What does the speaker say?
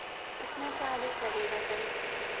कितना charges sir लगेगा इसका